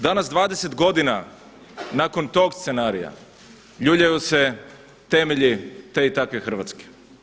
Danas 20 godina nakon tog scenarija ljuljaju se temelji te i takve Hrvatske.